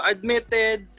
Admitted